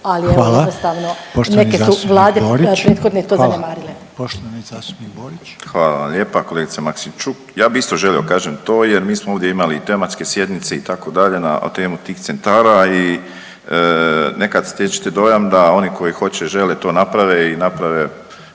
Hvala vam lijepa kolegice Maksimčuk. Ja bi isto želio kažem to jer mi smo ovdje imali i tematske sjednice itd. na temu tih centara i nekad stječete dojam da oni koji hoće i žele to naprave i naprave